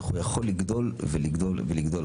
אך הוא יכול לגדול ולגדול ולגדול.